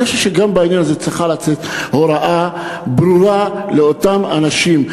אני חושב שגם בעניין זה צריכה לצאת הוראה ברורה לאותם אנשים.